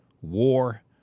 War